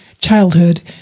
childhood